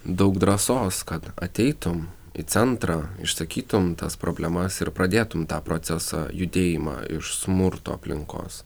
daug drąsos kad ateitum į centrą išsakytum tas problemas ir pradėtum tą procesą judėjimą iš smurto aplinkos